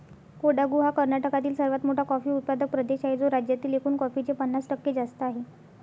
कोडागु हा कर्नाटकातील सर्वात मोठा कॉफी उत्पादक प्रदेश आहे, जो राज्यातील एकूण कॉफीचे पन्नास टक्के जास्त आहे